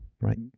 right